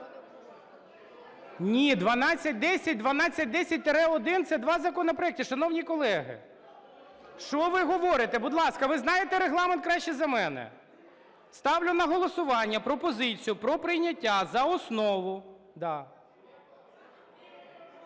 Ні, 1210, 1210-1 – це два законопроекти, шановні колеги. Що ви говорите? Будь ласка, ви знаєте Регламент краще за мене. Ставлю на голосування пропозицію про прийняття за основу…